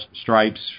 stripes